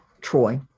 Troy